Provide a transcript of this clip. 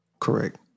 Correct